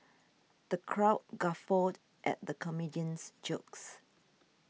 the crowd guffawed at the comedian's jokes